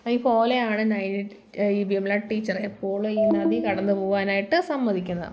ഈ കൊലയാണ് നൈനി ഈ വിമല ടീച്ചറെ പോൾ ഈ നദി കടന്നു പോവാനായിട്ട് സമ്മതിക്കുന്നത്